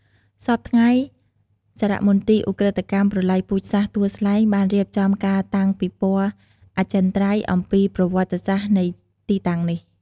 សព្វថ្ងៃ សារមន្ទីរឧក្រិដ្ឋកម្មប្រល័យពូជសាសន៍ទួលស្លែង បានរៀបចំការតាំងពិព័រណ៍អចិន្ត្រៃយ៍អំពីប្រវត្តិសាស្ត្រនៃទីតាំងនេះ។